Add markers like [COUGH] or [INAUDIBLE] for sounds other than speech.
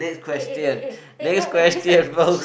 eh eh eh eh eh no wait listen [NOISE]